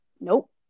Nope